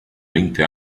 veinte